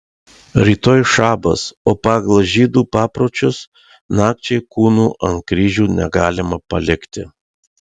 rytoj šabas o pagal žydų papročius nakčiai kūnų ant kryžių negalima palikti